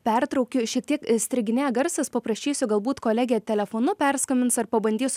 pertraukiu šiek tiek strikinėja garsas paprašysiu galbūt kolegė telefonu perskambins ar pabandys